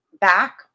back